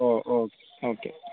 ഓ ഓ ഓക്കെ